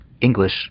English